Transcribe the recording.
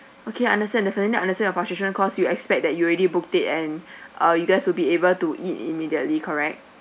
okay understand definitely understand your frustration cause you expect that you already booked it and uh you guys will be able to eat immediately correct